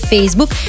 Facebook